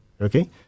okay